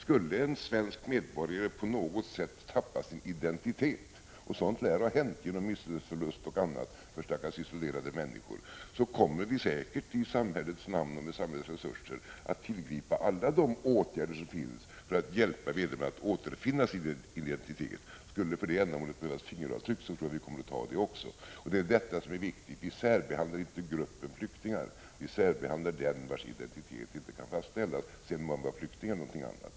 Skulle en svensk medborgare på något sätt förlora sin identitet — sådant lär ha hänt genom att minnesförlust eller annat drabbat stackars isolerade människor — så kommer vi säkert att i samhällets namn och med samhällets resurser att tillgripa alla de åtgärder som står oss till buds för att hjälpa vederbörande att återfinna sin identitet. Skulle det för det ändamålet krävas fingeravtryck, så tror jag att vi kommer att låta ta det också. Det är alltså detta som är viktigt. Vi särbehandlar inte gruppen flyktingar — vi särbehandlar den vars identitet inte kan fastställas, sedan må man vara flykting eller någonting annat.